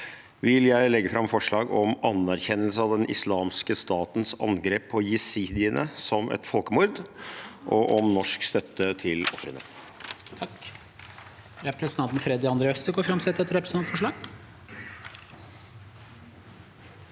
vil jeg legge fram forslag om anerkjennelse av Den islam ske statens angrep på jesidiene som et folkemord og om norsk støtte til rehabilitering